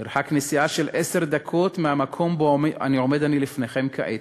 מרחק נסיעה של עשר דקות מהמקום שבו עומד אני לפניכם כעת,